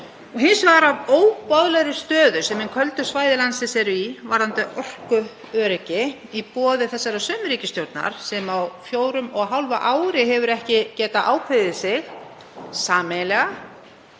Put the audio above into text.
hins vegar af óboðlegri stöðu sem hin köldu svæði landsins eru í varðandi orkuöryggi í boði þessarar sömu ríkisstjórnar, sem á fjórum og hálfu ári hefur ekki getað ákveðið sig sameiginlega